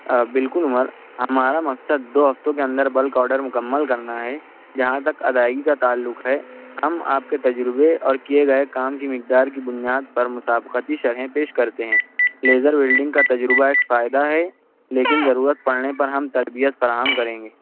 بالکل عمر ہمارا مقصد دو ہفتوں کے اندر بلک آڈر مکمل کرنا ہے جہاں تک ادائیگی کا تعلق ہے ہم آپ کے تجربے اور کیے گئے کام کی مقدار کی بنیاد پر مسابقتی شرحیں پیش کرتے ہیں لیزر ویلڈنگ کا تجربہ ایک فائدہ ہے لیکن ضرورت پڑنے پر ہم تربیت فراہم کریں گے